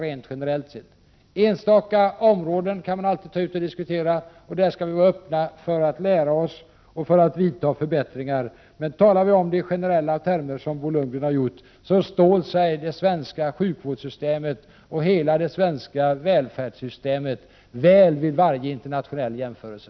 Enstaka områden kan alltid tas upp och diskuteras, och där skall vi vara öppna för att lära oss och för att göra förbättringar, men om man talar i generella termer, som Bo Lundgren gör, står sig det svenska sjukvårdssystemet och hela det svenska välfärdssystemet väl vid varje internationell jämförelse.